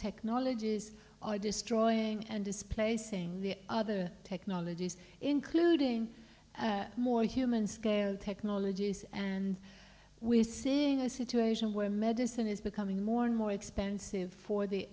technologies are destroying and displacing the other technologies including more human scale technology and we're seeing a situation where medicine is becoming more and more expensive for the